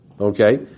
Okay